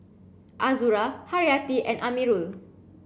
Azura Haryati and Amirul